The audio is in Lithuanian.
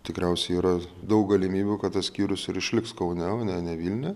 tikriausiai yra daug galimybių kad tas skyrius ir išliks kaune o ne ne vilniuje